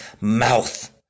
mouth